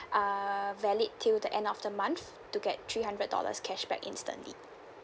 uh valid till the end of the month to get three hundred dollars cashback instantly